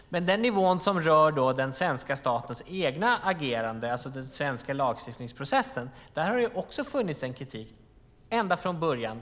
Men på den nivå som rör den svenska statens eget agerande, alltså den svenska lagstiftningsprocessen, har det också funnits en kritik ända från början.